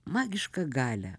magišką galią